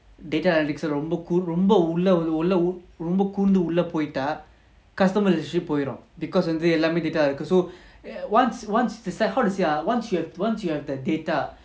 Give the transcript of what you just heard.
data analytics ரொம்பகூர்ந்துஉள்ளபோய்ட்டா:romba koornthu ulla poita customer போய்டும்:poidum because எல்லாமே:ellame data இருக்கு:irukku so once once how to say ah once you have once you have the data